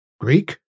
Greek